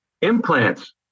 implants